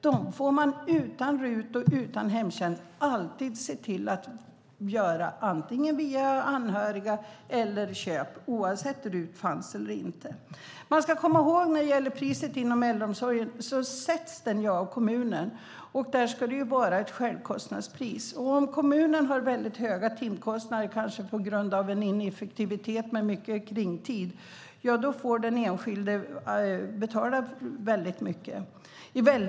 De får man utan RUT och utan hemtjänst alltid se till att göra antingen via anhöriga eller via köp. Det gäller oavsett om RUT finns eller inte. Man ska komma ihåg att priset inom äldreomsorgen sätts av kommunen. Det ska vara ett självkostnadspris. Om kommunen har väldigt höga timkostnader kanske på grund av en ineffektivitet med mycket kringtid får den enskilde betala väldigt mycket.